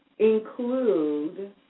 include